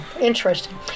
interesting